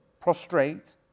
prostrate